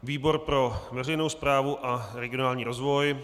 Výbor pro veřejnou správu a regionální rozvoj.